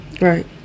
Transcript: Right